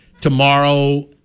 tomorrow